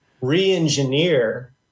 re-engineer